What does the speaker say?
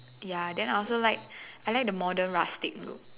ya then I also like I like the modern rustic look